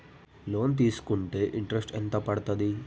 Loan తీస్కుంటే interest ఎంత పడ్తది?